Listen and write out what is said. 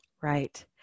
Right